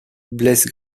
blesse